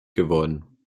geworden